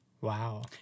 Wow